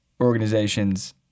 organizations